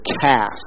cast